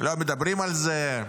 לא מדברים על זה,